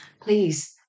please